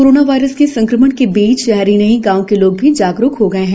corona virus के संक्रमण के बीच शहर ही नहीं गांव के लोग भी जागरूक हो गए हैं